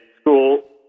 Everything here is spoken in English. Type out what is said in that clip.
school